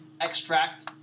extract